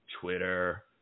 Twitter